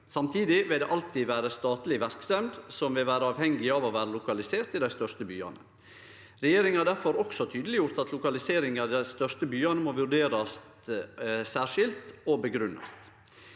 Samtidig vil det alltid vere statlege verksemder som vil vere avhengige av å vere lokaliserte i dei største byane. Regjeringa har difor også tydeleggjort at lokalisering i dei største byane må vurderast særskilt og grunngjevast.